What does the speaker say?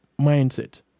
Mindset